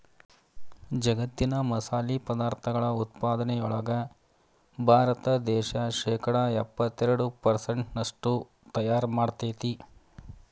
ಜಗ್ಗತ್ತಿನ ಮಸಾಲಿ ಪದಾರ್ಥಗಳ ಉತ್ಪಾದನೆಯೊಳಗ ಭಾರತ ದೇಶ ಶೇಕಡಾ ಎಪ್ಪತ್ತೆರಡು ಪೆರ್ಸೆಂಟ್ನಷ್ಟು ತಯಾರ್ ಮಾಡ್ತೆತಿ